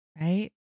Right